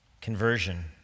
conversion